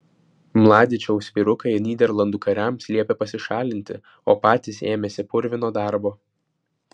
mladičiaus vyrukai nyderlandų kariams liepė pasišalinti o patys ėmėsi purvino darbo